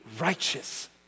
righteous